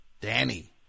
Danny